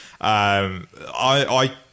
I